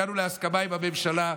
הגענו להסכמה עם הממשלה.